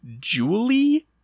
Julie